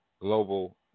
Global